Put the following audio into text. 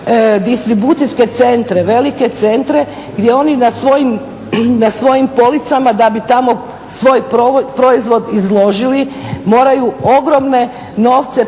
distribucijske centre, velike centre gdje oni na svojim policama da bi tamo svoj proizvod izložili moraju ogromne novce platiti.